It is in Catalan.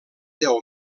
deu